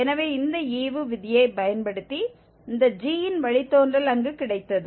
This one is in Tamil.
எனவே இந்த ஈவு விதியைப் பயன்படுத்தி இந்த g யின் வழித்தோன்றல் அங்கு கிடைத்தது